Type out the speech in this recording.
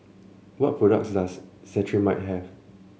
what products does Cetrimide have